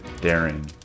daring